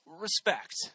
respect